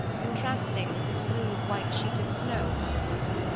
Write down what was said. contrasting with the smooth white sheet of snow upon the roofs,